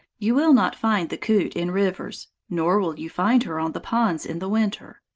you will not find the coot in rivers nor will you find her on the ponds in the winter.